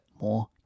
more